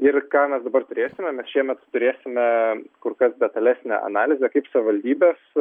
ir ką mes dabar turėsime mes šiemet turėsime kur kas detalesnę analizę kaip savivaldybės